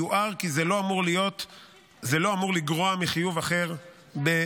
יוער כי זה לא אמור לגרוע מחיוב אחר במזונות,